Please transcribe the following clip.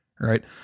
right